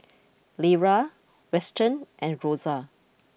Lera Weston and Rosa